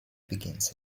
begins